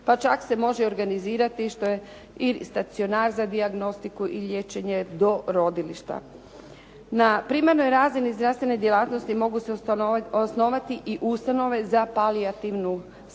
pa čak se može i organizirati što je i stacionar za dijagnostiku i liječenje do rodilišta. Na primarnoj razini zdravstvene djelatnosti mogu se osnovati i ustanove za palijativnu skrb,